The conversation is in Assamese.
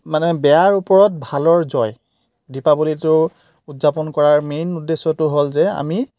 মানে বেয়াৰ ওপৰত ভালৰ জয় দীপাৱলীটো উদযাপন কৰাৰ মেইন উদ্দেশ্যটো হ'ল যে আমি